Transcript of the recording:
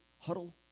huddle